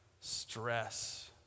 stress